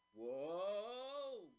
Whoa